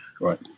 Right